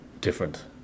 different